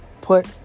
Put